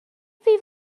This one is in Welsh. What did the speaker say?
fydd